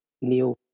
new